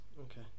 Okay